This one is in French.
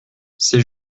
c’est